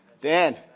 Dan